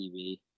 TV